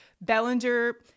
Bellinger